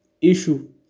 issue